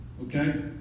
okay